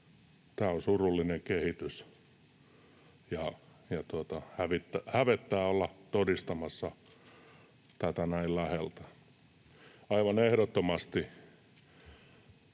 Tämä on surullinen kehitys, ja hävettää olla todistamassa tätä näin läheltä. Aivan ehdottomasti,